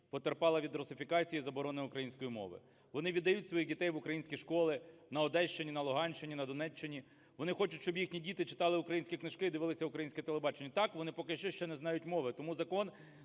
потерпала від русифікації і заборони української мови. Вони віддають своїх дітей в українські школи на Одещині, на Луганщині, на Донеччині, вони хочуть, щоб їхні діти читали українські книжки і дивилися українське телебачення. Так, вони поки що ще не знають мови, тому закон